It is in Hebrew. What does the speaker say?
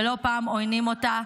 ולא פעם עוינים אותה,